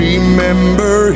Remember